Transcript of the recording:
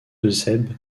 eusèbe